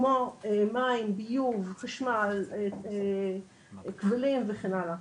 כמו מים, ביוב, חשמל, כבלים וכן הלאה.